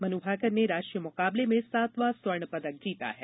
मनु भाकर ने राष्ट्रीय मुकाबले में सातवां स्वर्ण पदक जीता है